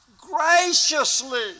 graciously